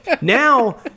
Now